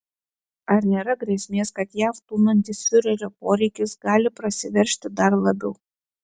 ar nėra grėsmės kad jav tūnantis fiurerio poreikis gali prasiveržti dar labiau